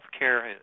Healthcare